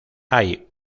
hay